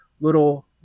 little